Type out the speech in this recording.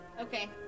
Okay